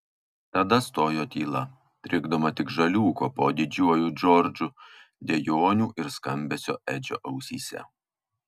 tada stojo tyla trikdoma tik žaliūko po didžiuoju džordžu dejonių ir skambesio edžio ausyse